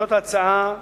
הצעה זו,